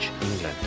England